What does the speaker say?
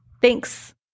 Thanks